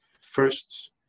first